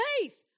faith